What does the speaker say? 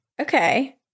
Okay